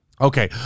Okay